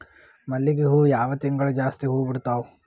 ಮಲ್ಲಿಗಿ ಹೂವು ಯಾವ ತಿಂಗಳು ಜಾಸ್ತಿ ಹೂವು ಬಿಡ್ತಾವು?